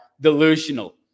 delusional